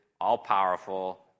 all-powerful